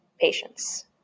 patients